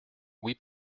oui